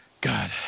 god